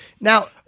Now